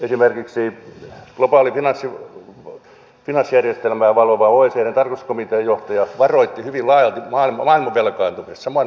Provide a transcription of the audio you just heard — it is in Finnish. esimerkiksi globaalia finanssijärjestelmää valvovan oecdn tarkastuskomitean johtaja varoitti hyvin laajalti maailman velkaantumisesta